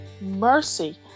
Mercy